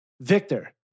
Victor